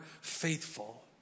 faithful